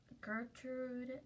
Gertrude